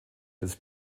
des